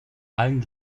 allen